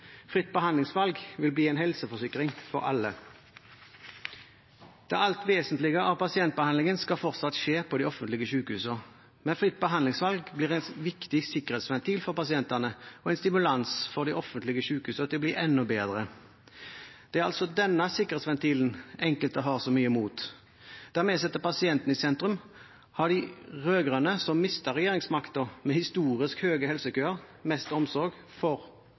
Fritt behandlingsvalg vil bli en helseforsikring for alle. Det alt vesentlige av pasientbehandlingen skal fortsatt skje på de offentlige sykehusene, men fritt behandlingsvalg blir en viktig sikkerhetsventil for pasientene og en stimulans for de offentlige sykehusene til å bli enda bedre. Det er altså denne sikkerhetsventilen enkelte har så mye imot. Der vi setter pasienten i sentrum, har de rød-grønne, som mistet regjeringsmakten med historisk høye helsekøer, mest omsorg for